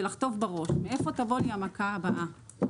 ולחטוף בראש, מאיפה תבוא לי המכה הבאה.